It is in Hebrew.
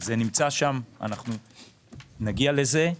זה נמצא שם, אנחנו נגיע לזה.